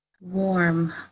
Warm